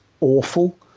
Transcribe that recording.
awful